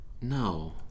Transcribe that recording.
No